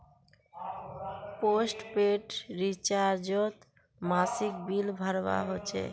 postpaid रिचार्जोत मासिक bill भरवा होचे